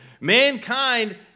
mankind